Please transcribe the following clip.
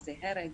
וזה הרג,